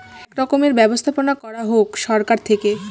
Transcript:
এক রকমের ব্যবস্থাপনা করা হোক সরকার থেকে